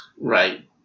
Right